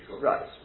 Right